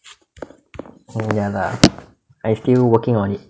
I mean ya lah I still working on it